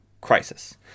crisis